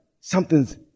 something's